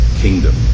kingdom